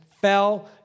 fell